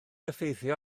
effeithio